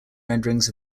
renderings